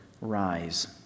rise